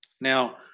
Now